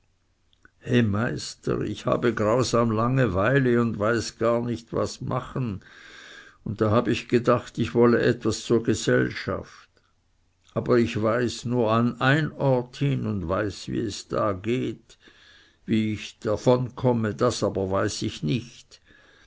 he meister ich habe grausam langeweile und weiß gar nicht was machen und da habe ich gedacht ich wolle etwas zur gesellschaft aber ich weiß nur an ein ort hin und weiß wie es da geht wie ich davonkomme das aber weiß ich nicht